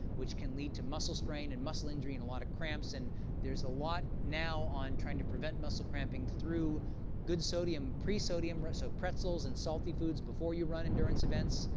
which can lead to muscle strain and muscle injury and a lot of cramps, and there's a lot now on trying to prevent muscle cramping through good sodium pre-sodium, so pretzels and salty foods before you run endurance events.